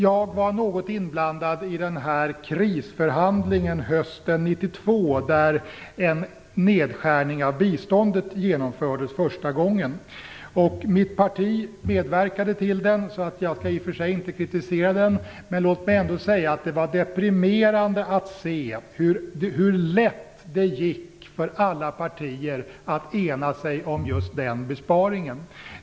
Jag var hösten 1992 något inblandad i den krisförhandling där en nedskärning av biståndet första gången genomfördes. Mitt parti medverkade till den, så jag skall inte kritisera den. Men jag vill säga att det var deprimerande att se hur lätt det gick för alla partier att ena sig om just den besparingen.